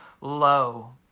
low